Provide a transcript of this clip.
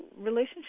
relationship